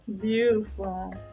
Beautiful